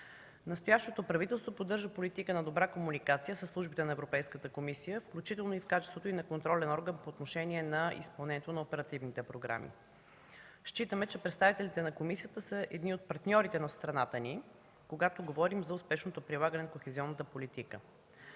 Настоящото правителство поддържа политика на добра комуникация със службите на Европейската комисия, включително и в качеството й на контролен орган по отношение на изпълнението на оперативните програми. Считаме, че представителите на комисията са едни от партньорите на страната ни, когато говорим за успешното прилагане на кохезионната политика.